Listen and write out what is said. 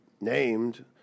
named